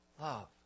love